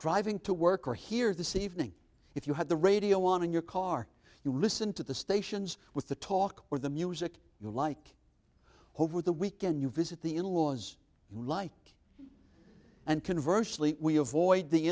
driving to work or here this evening if you have the radio on in your car you listen to the stations with the talk or the music you like over the weekend you visit the in laws you like and converse lee we avoid the